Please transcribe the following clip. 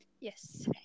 Yes